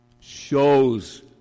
shows